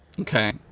Okay